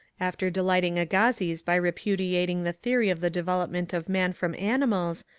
after delighting agassiz by repudiating the theory of the development of man from ani mals,